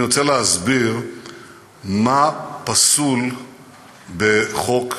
אני רוצה להסביר מה פסול בחוק,